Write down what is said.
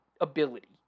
ability